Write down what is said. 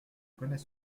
connais